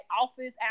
office